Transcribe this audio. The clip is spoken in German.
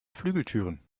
flügeltüren